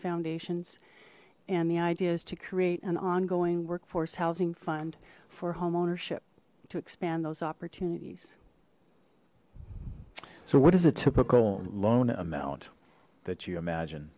foundations and the idea is to create an ongoing workforce housing fund for homeownership to expand those opportunities so what is a typical loan amount that you imagine